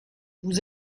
vous